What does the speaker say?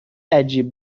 عجیب